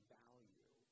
value